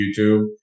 YouTube